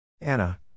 Anna